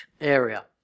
area